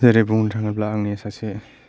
जेरै बुंनो थाङोब्ला आंनि सासे